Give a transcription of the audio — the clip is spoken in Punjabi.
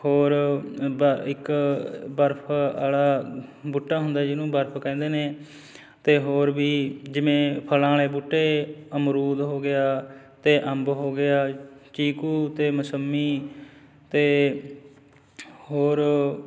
ਹੋਰ ਬ ਇੱਕ ਅ ਬਰਫ ਵਾਲਾ ਬੂਟਾ ਹੁੰਦਾ ਜਿਹਨੂੰ ਬਰਫ ਕਹਿੰਦੇ ਨੇ ਅਤੇ ਹੋਰ ਵੀ ਜਿਵੇਂ ਫਲਾਂ ਵਾਲੇ ਬੂਟੇ ਅਮਰੂਦ ਹੋ ਗਿਆ ਅਤੇ ਅੰਬ ਹੋ ਗਿਆ ਚੀਕੂ ਅਤੇ ਮਸੰਮੀ ਅਤੇ ਹੋਰ